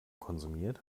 konsumiert